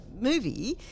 movie